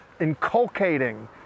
inculcating